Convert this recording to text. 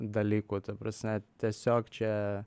dalykų ta prasme tiesiog čia